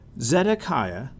Zedekiah